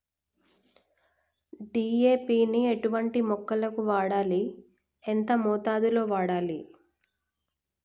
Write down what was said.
DAP ని ఎటువంటి మొక్కలకు వాడాలి? ఎంత మోతాదులో వాడాలి?